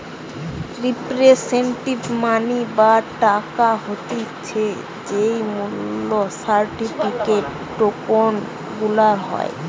representative money বা টাকা হতিছে যেই মূল্য সার্টিফিকেট, টোকেন গুলার হয়